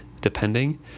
depending